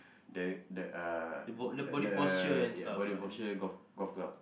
the the uh the the ya body portion golf golf club